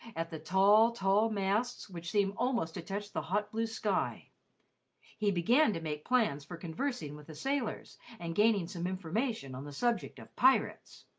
at the tall, tall masts which seemed almost to touch the hot blue sky he began to make plans for conversing with the sailors and gaining some information on the subject of pirates.